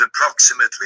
approximately